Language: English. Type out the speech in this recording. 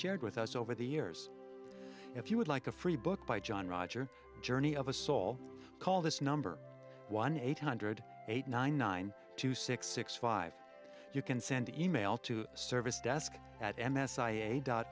shared with us over the years if you would like a free book by john roger journey of a soul call this number one eight hundred eight nine nine two six six five you can send e mail to service desk at m s i e dot